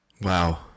Wow